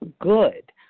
good